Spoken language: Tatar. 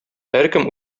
һәркем